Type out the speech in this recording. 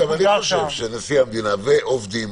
נשיא המדינה ועובדים